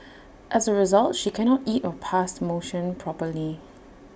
as A result she cannot eat or pass motion properly